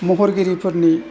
महरगिरिफोरनि